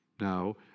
Now